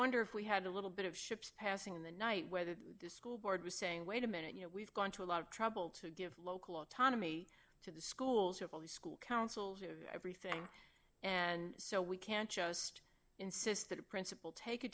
wonder if we had a little bit of ships passing in the night where the disco board was saying wait a minute you know we've gone to a lot of trouble to give local autonomy to the schools have all the school councils everything and so we can't just insist that a principal take a